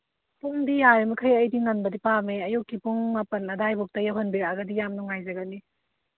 ꯄꯨꯡꯗꯤ ꯌꯥꯔꯤꯃꯈꯩ ꯑꯩꯗꯤ ꯉꯟꯕꯗꯤ ꯄꯥꯝꯃꯦ ꯑꯌꯨꯛꯀꯤ ꯄꯨꯡ ꯃꯥꯄꯟ ꯑꯗꯥꯏꯕꯨꯛꯇ ꯌꯧꯍꯟꯕꯤꯔꯛꯑꯒꯗꯤ ꯌꯥꯝ ꯅꯨꯡꯉꯥꯏꯖꯒꯅꯤ